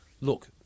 Look